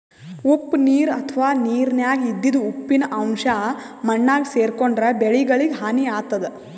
ಉಪ್ಪ್ ನೀರ್ ಅಥವಾ ನೀರಿನ್ಯಾಗ ಇದ್ದಿದ್ ಉಪ್ಪಿನ್ ಅಂಶಾ ಮಣ್ಣಾಗ್ ಸೇರ್ಕೊಂಡ್ರ್ ಬೆಳಿಗಳಿಗ್ ಹಾನಿ ಆತದ್